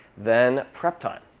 then prep time.